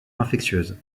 infectieuses